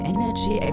Energy